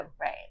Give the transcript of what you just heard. Right